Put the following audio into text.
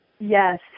Yes